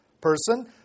person